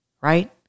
right